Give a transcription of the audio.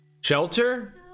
Shelter